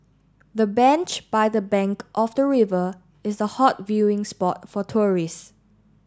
the bench by the bank of the river is a hot viewing spot for tourist